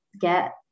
get